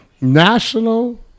national